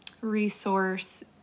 resource